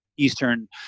Eastern